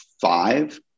five